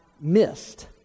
missed